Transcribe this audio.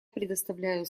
предоставляю